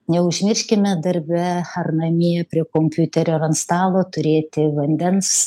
neužmirškime darbe ar namie prie kompiuterio ar ant stalo turėti vandens